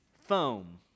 foam